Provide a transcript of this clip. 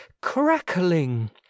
crackling